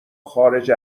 خارج